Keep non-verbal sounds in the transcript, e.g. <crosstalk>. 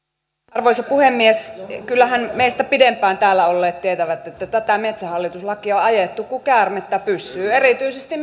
arvoisa puhemies kyllähän meistä pidempään täällä olleet tietävät että tätä metsähallitus lakia on ajettu kuin käärmettä pyssyyn erityisesti <unintelligible>